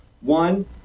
One